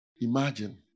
Imagine